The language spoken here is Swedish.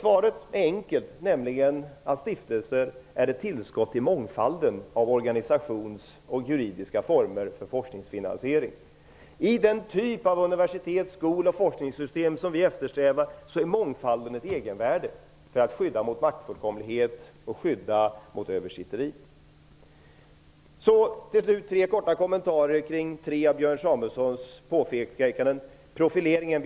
Svaret är enkelt: Stiftelser är ett tillskott i mångfalden av organisationsformer och juridiska former för forskningsfinansering. I den typ av universitets-, skol och forskningssystem som vi eftersträvar har mångfalden ett egenvärde för att skydda mot maktfullkomlighet och översitteri. Jag skall till sist ge några korta kommentarer till tre av Björn Samuelsons påpekanden. Björn Samuelson! Profileringen